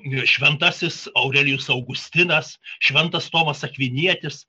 šventasis aurelijus augustinas šventas tomas akvinietis